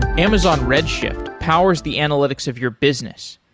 amazon redshift powers the analytics of your business,